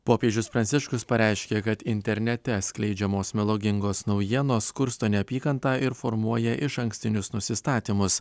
popiežius pranciškus pareiškė kad internete skleidžiamos melagingos naujienos kursto neapykantą ir formuoja išankstinius nusistatymus